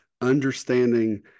understanding